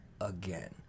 again